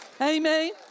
Amen